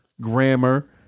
grammar